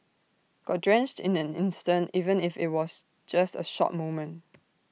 got drenched in an instant even if IT was just A short moment